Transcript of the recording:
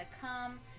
come